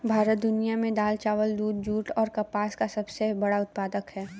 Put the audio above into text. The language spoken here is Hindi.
भारत दुनिया में दाल, चावल, दूध, जूट और कपास का सबसे बड़ा उत्पादक है